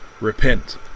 Repent